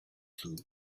clue